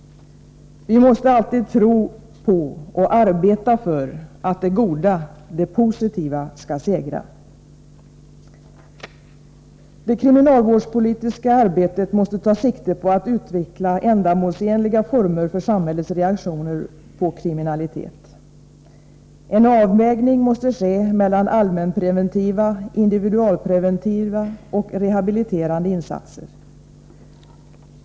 Vi måste alltid tro på och arbeta för att det goda, det positiva, skall segra. Det kriminalvårdspolitiska arbetet måste ta sikte på att utveckla ändamålsenliga former för samhällets reaktioner på kriminalitet. En avvägning måste ske mellan allmänpreventiva, individualpreventiva och rehabiliterande insatser.